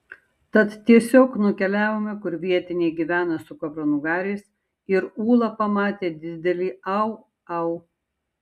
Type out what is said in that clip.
tad tiesiog nukeliavome kur vietiniai gyvena su kupranugariais ir ūla pamatė didelį au au